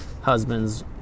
husbands